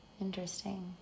Interesting